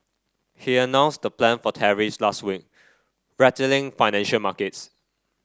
he announced the plan for tariffs last week rattling financial markets